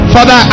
Father